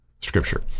scripture